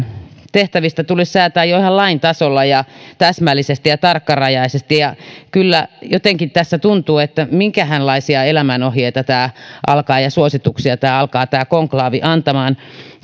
tehtävistä tulisi säätää jo ihan lain tasolla ja täsmällisesti ja tarkkarajaisesti ja kyllä jotenkin tässä tuntuu että minkähänlaisia elämänohjeita ja suosituksia tämä alkaa tämä konklaavi antamaan